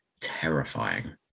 terrifying